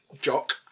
Jock